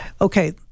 okay